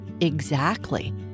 Exactly